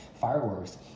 fireworks